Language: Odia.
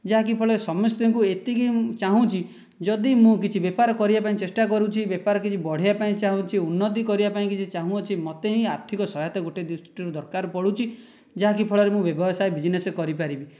ଯାହାକି ଫଳରେ ସମସ୍ତଙ୍କୁ ଏତିକି ଚାହୁଁଚି ଯଦି ମୁଁ କିଛି ବେପାର କରିବା ପାଇଁ ଚେଷ୍ଟା କରୁଛି ବେପାର କିଛି ବଢ଼େଇବା ପାଇଁ ଚାହୁଁଚି ଉନ୍ନତି କରିବା ପାଇଁ କିଛି ଚାହୁଁଅଛି ମୋତେ ହିଁ ଆର୍ଥିକ ସହାୟତା ଗୋଟିଏ ଦୃଷ୍ଟିରୁ ଦରକାର ପଡ଼ୁଛି ଯାହାକି ଫଳରେ ମୁଁ ବ୍ୟବସାୟ ବିଜନେସ କରିପାରିବି